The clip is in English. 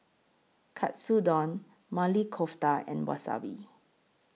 Katsudon Maili Kofta and Wasabi